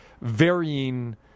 varying